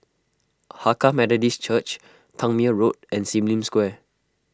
Hakka Methodist Church Tangmere Road and Sim Lim Square